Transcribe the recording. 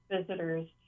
visitors